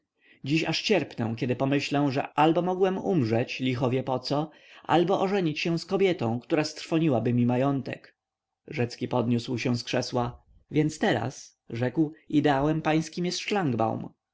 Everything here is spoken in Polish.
dziś aż cierpnę kiedy pomyślę że albo mogłem umrzeć licho wie poco albo ożenić się z kobietą która strwoniłaby mi majątek rzecki podniósł się z krzesła więc teraz rzekł ideałem pańskim jest